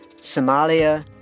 Somalia